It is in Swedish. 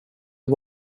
det